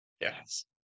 yes